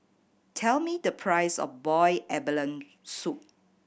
tell me the price of boiled abalone soup